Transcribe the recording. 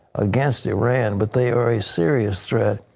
against iran, but they are a serious threat,